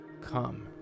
come